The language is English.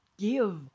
give